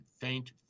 faint